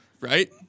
right